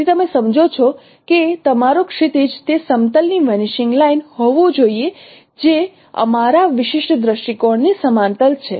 તેથી તમે સમજો છો કે તમારું ક્ષિતિજ તે સમતલ ની વેનીશિંગ લાઇન હોવું જોઈએ જે અમારા વિશિષ્ટ દૃષ્ટિકોણની સમાંતર છે